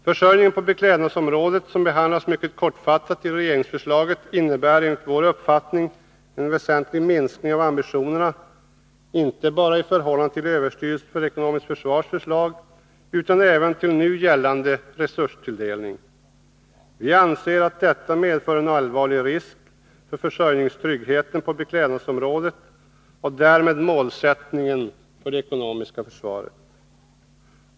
Försörjningen på beklädnadsområdet, som behandlas mycket kortfattat i regeringsförslaget, innebär enligt vår uppfattning en väsentlig minskning av ambitionerna, inte bara i förhållande till förslaget från överstyrelsen för ekonomiskt försvar utan även i förhållande till nu gällande resurstilldelning. Vi anser att detta medför en allvarlig risk för försörjningstryggheten på beklädnadsområdet och därmed för målsättningen beträffande det ekonomiska försvaret.